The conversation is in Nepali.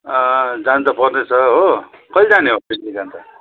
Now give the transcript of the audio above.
जानु त पर्ने छ हो कहिले जाने हो पिकनिक अनि त